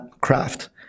craft